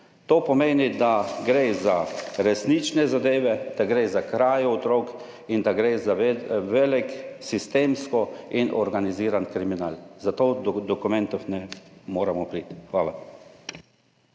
To pomeni, da gre za resnične zadeve, da gre za krajo otrok in da gre za velik sistemski in organizirani kriminal, zato do dokumentov ne moremo priti. Hvala.